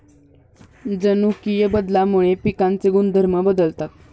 जनुकीय बदलामुळे पिकांचे गुणधर्म बदलतात